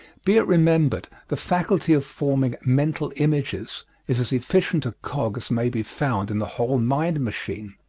be it remembered, the faculty of forming mental images is as efficient a cog as may be found in the whole mind-machine.